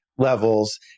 levels